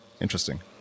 interesting